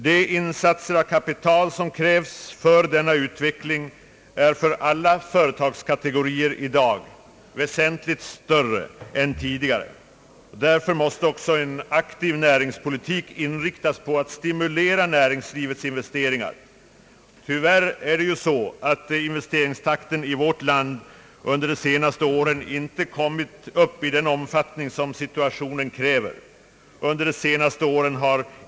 De insatser av kapital som krävs för denna utveckling är för alla företagskategorier i dag väsentligt större än tidigare, Därför måste också en aktiv näringspolitik inriktas på att stimulera näringslivets investeringar. Tyvärr har investeringstakten i vårt land under de senaste åren inte fått den omfattning som situationen kräver.